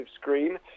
screen